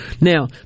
Now